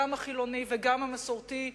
גם החילוני וגם המסורתי,